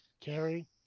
Carrie